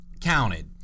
counted